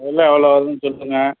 எல்லாம் எவ்வளோ வருதுன்னு சொல்லுங்கள்